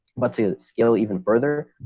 but to scale even further.